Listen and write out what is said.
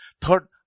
Third